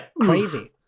crazy